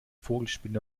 vogelspinne